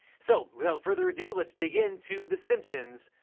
so without further ado, let's dig in to the simpsons,